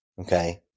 Okay